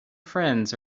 friends